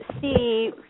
see